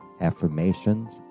affirmations